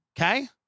Okay